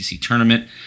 tournament